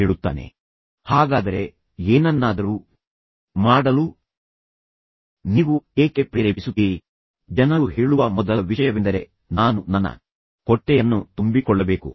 ಈಗಾಗಲೇ ನಿಮಗೆ ಹಿನ್ನೆಲೆ ತಿಳಿದಿದೆ ಆದ್ದರಿಂದ ಸಂಭಾಷಣೆಯು ಬೇಸಿಗೆ ಪ್ರವಾಸಕ್ಕೆ ಹೋಗುವುದು ಮತ್ತು ನಂತರ ತಂದೆ ಅವನಿಗೆ ಹಾಗೆ ಮಾಡಲು ಬಿಡುತ್ತಿಲ್ಲ